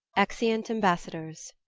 exeunt. ambassadors.